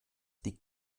die